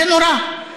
זה נורא.